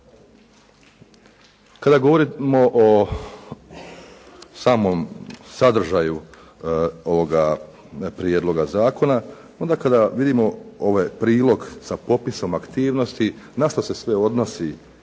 Kada govorimo o samom sadržaju ovoga prijedloga zakona, onda kada vidimo ovaj prilog sa popisom aktivnosti, na što se sve odnosi